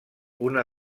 una